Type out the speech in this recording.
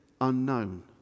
unknown